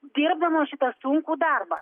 dirbdamos šitą sunkų darbą